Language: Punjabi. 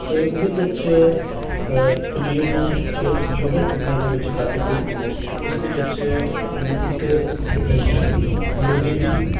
ਅਤੇ ਉਹਦੇ ਵਿੱਚ ਪਨੀਰ ਨੂੰ ਛੋ ਛੋਟੇ ਟੁਕੜਿਆਂ ਦੇ ਵਿੱਚ ਕੱਟ ਕੇ ਉਸ ਦੇ ਵਿੱਚ ਇੱਕ ਲੋਹੇ ਦੀ